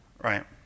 Right